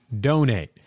donate